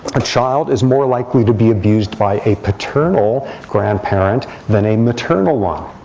a child is more likely to be abused by a paternal grandparent than a maternal one.